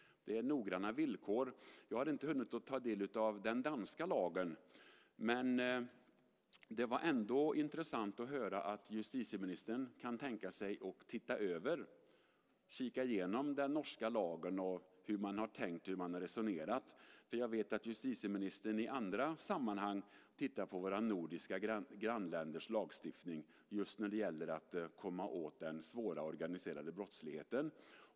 Det är noggranna villkor. Jag har inte hunnit ta del av den danska lagen. Men det var intressant att höra att justitieministern kan tänka sig att se över, kika igenom, den norska lagen och hur man har tänkt och resonerat. Jag vet att justitieministern i andra sammanhang tittar på våra nordiska grannländers lagstiftning just när det gäller att komma åt den svåra organiserade brottsligheten.